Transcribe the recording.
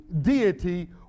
deity